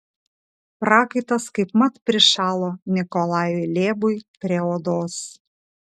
prakaitas kaipmat prišalo nikolajui lėbui prie odos